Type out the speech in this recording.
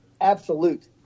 absolute